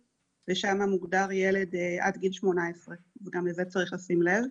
ושם מוגדר ילד עד גיל 18. וגם לזה צריך לשים לב,